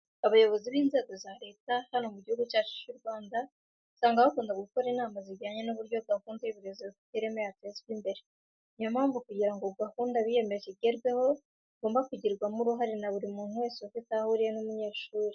Abayobozi b'inzego za leta hano mu Gihugu cyacu cy'u Rwanda usanga bakunda gukora inama zijyanye n'uburyo gahunda y'uburezi bufite ireme yatezwa imbere. Ni yo mpamvu kugira ngo gahunda biyemeje igerweho igomba kugirwamo uruhare na buri muntu wese ufite aho ahuriye n'umunyeshuri.